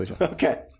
okay